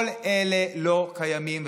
כל אלה לא קיימים.